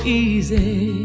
easy